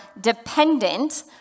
dependent